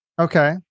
Okay